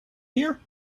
here